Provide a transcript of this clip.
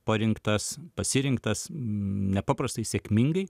parinktas pasirinktas nepaprastai sėkmingai